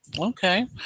okay